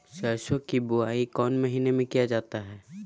सरसो की बोआई कौन महीने में किया जाता है?